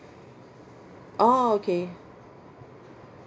orh okay